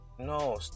no